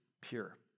pure